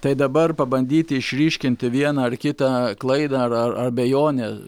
tai dabar pabandyti išryškinti vieną ar kitą klaidą ar ar abejonę